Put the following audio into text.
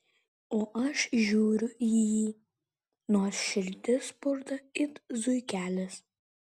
o aš žiūriu į jį nors širdis spurda it zuikelis